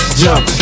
jump